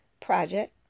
project